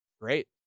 great